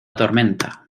tormenta